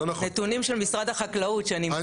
נתונים של משרד החקלאות שנמצא כאן.